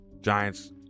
Giants